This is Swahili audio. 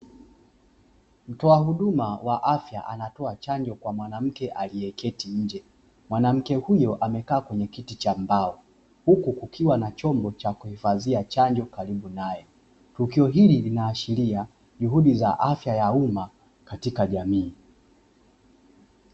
Mtoa huduma wa afya anatoa chanjo kwa mwanamke aliyeketi nje, mwanamke huyo amekaa kwenye kiti cha mbao, huku kukiwa na chombo cha kuhifadhia chanjo karibu naye, tukio hili linaashiria juhudi ya afya ya umma katika jamii.